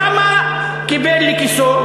כמה קיבל לכיסו,